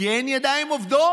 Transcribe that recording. כי אין ידיים עובדות.